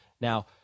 Now